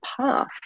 path